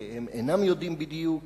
והם אינם יודעים בדיוק